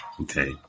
Okay